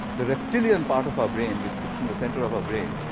the reptilian part of our brain, which sits in the center of our brain,